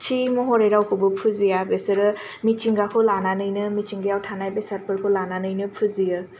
थि महरै रावखौबो फुजिया बिसोरो मिथिंगाखौ लानानैनो मिथिंगायाव थानाय बेसादफोरखौ लानानैनो फुजियो